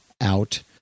out